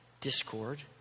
discord